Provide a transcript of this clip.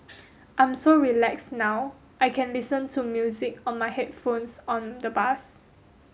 I'm so relaxed now I can listen to music on my headphones on the bus